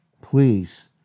Please